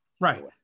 Right